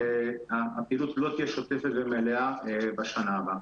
הפעילות לא תהיה שוטפת ומלאה בשנה הבאה.